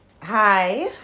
hi